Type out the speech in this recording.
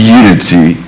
unity